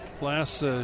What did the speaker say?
Last